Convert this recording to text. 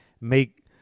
make